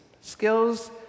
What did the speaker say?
skills